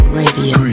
radio